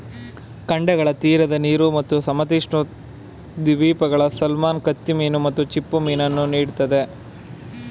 ಖಂಡಗಳ ತೀರದ ನೀರು ಮತ್ತು ಸಮಶೀತೋಷ್ಣ ದ್ವೀಪಗಳು ಸಾಲ್ಮನ್ ಕತ್ತಿಮೀನು ಮತ್ತು ಚಿಪ್ಪುಮೀನನ್ನು ನೀಡ್ತದೆ